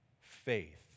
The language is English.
faith